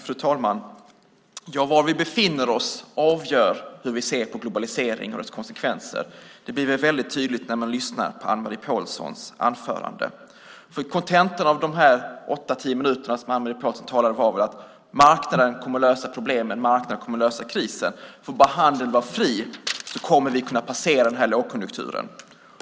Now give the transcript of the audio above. Fru talman! Var vi befinner oss avgör hur vi ser på globaliseringen och på dess konsekvenser. Det blev väl väldigt tydligt när vi lyssnade på Anne-Marie Pålssons anförande. Kontentan av det Anne-Marie Pålsson sade under sina åtta-tio minuter här var väl att marknaden kommer att lösa problemen, att marknaden kommer att lösa krisen - får handeln bara vara fri kommer vi att kunna passera den här lågkonjunkturen.